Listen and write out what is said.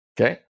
Okay